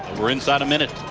we're inside a minute.